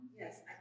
Yes